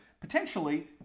potentially